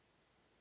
Hvala